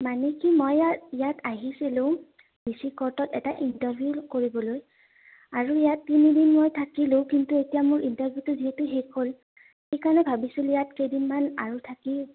মানে কি মই ইয়াত ইয়াত আহিছিলোঁ ডি চি কৰ্টত এটা ইণ্টাৰভিউ কৰিবলৈ আৰু ইয়াত তিনিদিন মই থাকিলোঁ কিন্তু এতিয়া মোৰ ইণ্টাৰভিউটো যিহেতু শেষ হ'ল সেইকাৰণে ভাবিছিলোঁ ইয়াত কেইদিনমান আৰু থাকি